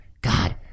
God